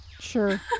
sure